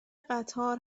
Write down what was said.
قطار